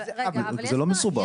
זה לא מסובך.